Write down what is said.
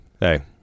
hey